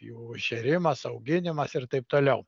jų šėrimas auginimas ir taip toliau